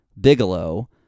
Bigelow